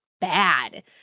bad